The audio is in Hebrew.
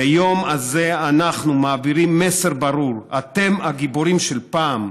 ביום הזה אנחנו מעבירים מסר ברור: אתם הגיבורים של פעם,